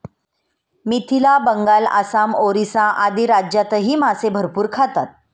मिथिला, बंगाल, आसाम, ओरिसा आदी राज्यांतही मासे भरपूर खातात